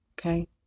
okay